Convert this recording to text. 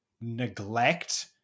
neglect